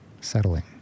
settling